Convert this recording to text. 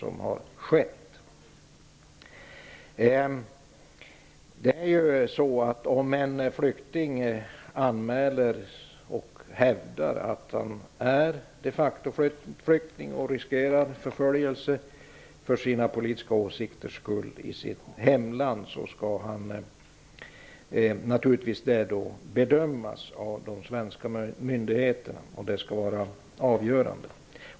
Om en flykting anmäler och hävdar att han är de facto-flykting och riskerar att förföljas för sina politiska åsikters skull i sitt hemland, skall det naturligtvis bedömas av de svenska myndigheterna, och det skall vara avgörande.